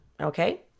okay